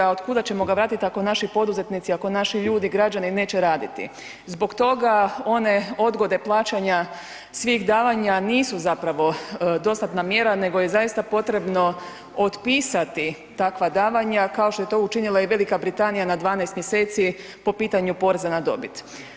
A od kuda ćemo ga vratiti ako naši poduzetnici, ako naši ljudi, građani neće raditi? zbog toga one odgode plaćanja svih davanja nisu zapravo dostatna mjera nego je zaista potrebno opisati takva davanja kao što je to učinila i Velika Britanija na 12 mjeseci po pitanju poreza na dobit.